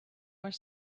were